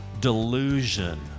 delusion